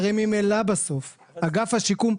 הרי ממילא בסוף אגף השיקום,